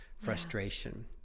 frustration